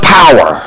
power